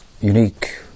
unique